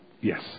Yes